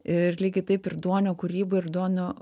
ir lygiai taip ir duonio kūryba ir duonio